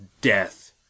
death